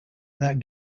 that